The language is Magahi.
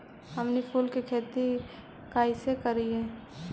हमनी फूल के खेती काएसे करियय?